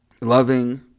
loving